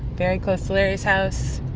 very close larry's house.